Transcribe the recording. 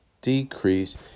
decrease